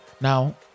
Now